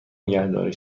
نگهداری